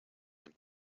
and